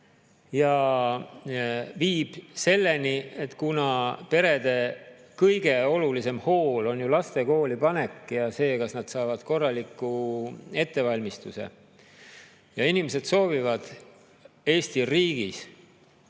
See viib selleni, kuna perede kõige olulisem hool on laste koolipanek ja see, et nad saaksid korraliku ettevalmistuse. Inimesed soovivad Eesti riigis